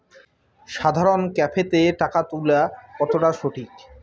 সাধারণ ক্যাফেতে টাকা তুলা কতটা সঠিক?